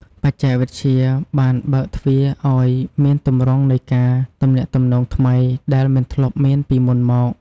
បច្ចេកវិទ្យាបានបើកទ្វារឲ្យមានទម្រង់នៃការទំនាក់ទំនងថ្មីដែលមិនធ្លាប់មានពីមុនមក។